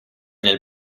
nel